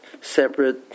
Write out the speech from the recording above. separate